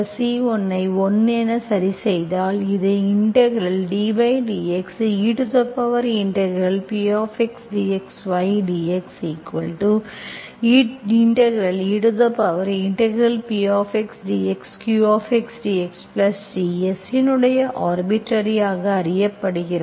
c1 ஐ 1 என சரிசெய்தால் இது ddxePxdx ydxePdx qxdxC S இன் ஆர்பிட்டர்ரி ஆக அறியப்படுகிறது